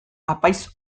apaiz